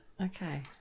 Okay